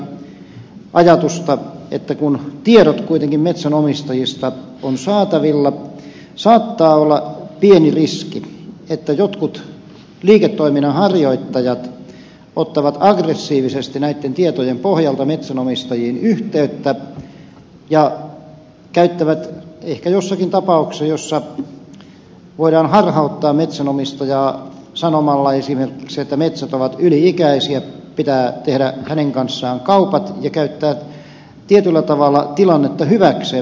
hoskosen erinomaiseen puheeseen esitän sen verran kysymystä kommenttia ajatusta että kun tiedot kuitenkin metsänomistajista on saatavilla saattaa olla pieni riski että jotkut liiketoiminnan harjoittajat ottavat aggressiivisesti näitten tietojen pohjalta metsänomistajiin yhteyttä ja käyttävät ehkä jossakin tapauksessa jossa voidaan harhauttaa metsänomistajaa sanomalla esimerkiksi että metsät ovat yli ikäisiä pitää tehdä hänen kanssaan kaupat tietyllä tavalla tilannetta hyväkseen